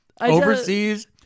overseas